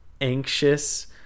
anxious